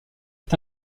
est